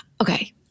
okay